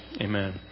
Amen